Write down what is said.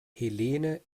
helene